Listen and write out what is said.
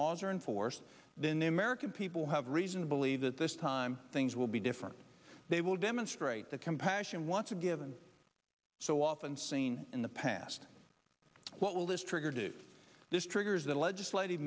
laws are enforced then the american people have reason to believe that this time things will be different they will demonstrate the compassion once a given so often seen in the past what will this trigger do this triggers a legislative